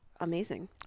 amazing